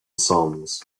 sons